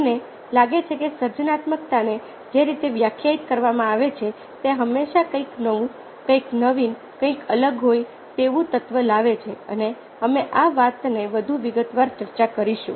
અમને લાગે છે કે સર્જનાત્મકતાને જે રીતે વ્યાખ્યાયિત કરવામાં આવી છે તે હંમેશા કંઈક નવું કંઈક નવીન કંઈક અલગ હોય તેવું તત્વ લાવે છે અને અમે આ વાતને વધુ વિગતવાર ચર્ચા કરીશું